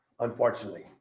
Unfortunately